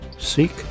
Seek